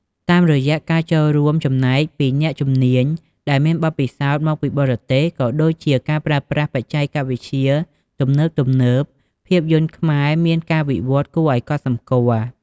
តាមរយៈការចូលរួមចំណែកពី អ្នកជំនាញដែលមានបទពិសោធន៍ មកពីបរទេស ក៏ដូចជាការប្រើប្រាស់ បច្ចេកវិទ្យាទំនើបៗ ភាពយន្តខ្មែរមានការវិវត្តន៍គួរឱ្យកត់សម្គាល់។